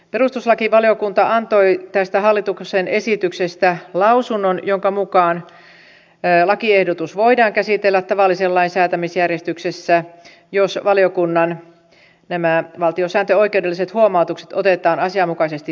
perustuslakivaliokunta antoi tästä hallituksen esityksestä lausunnon jonka mukaan lakiehdotus voidaan käsitellä tavallisen lain säätämisjärjestyksessä jos nämä valiokunnan valtiosääntöoikeudelliset huomautukset otetaan asianmukaisesti huomioon